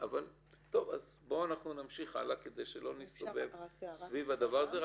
אנחנו נמשיך הלאה כדי שלא נסתובב סביב הדבר הזה.